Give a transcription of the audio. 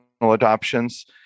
adoptions